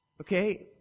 okay